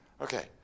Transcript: Okay